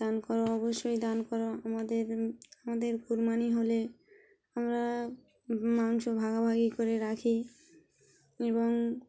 দান করো অবশ্যই দান করো আমাদের আমাদের কুরবানি হলে আমরা মাংস ভাগাভাগি করে রাখি এবং